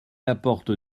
apporte